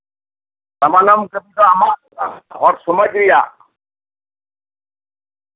ᱥᱟᱢᱟᱱᱚᱢ ᱠᱟᱹᱯᱤ ᱫᱚ ᱟᱢᱟᱜ ᱦᱚᱲ ᱥᱚᱢᱟᱡ ᱨᱮᱭᱟᱜ